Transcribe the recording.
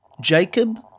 Jacob